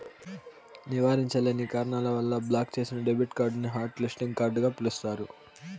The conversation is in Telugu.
నివారించలేని కారణాల వల్ల బ్లాక్ చేసిన డెబిట్ కార్డుని హాట్ లిస్టింగ్ కార్డుగ పిలుస్తారు